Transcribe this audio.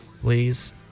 Please